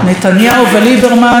נתניהו וליברמן,